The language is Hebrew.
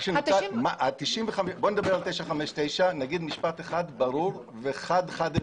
נדבר על 959 במשפט אחד ברור וחד-ערכי: